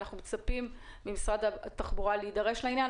אנחנו מצפים ממשרד התחבורה להידרש לעניין.